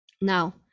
now